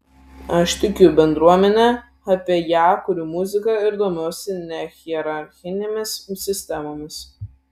aš tikiu bendruomene apie ją kuriu muziką ir domiuosi nehierarchinėmis sistemomis